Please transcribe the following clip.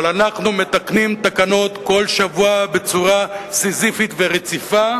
אבל אנחנו מתקנים תקנות כל שבוע בצורה סיזיפית ורציפה,